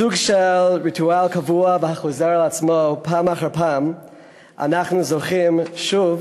בסוג של ריטואל קבוע והחוזר על עצמו פעם אחר פעם אנחנו זוכים שוב